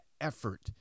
effort